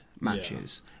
matches